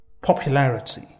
popularity